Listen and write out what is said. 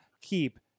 keep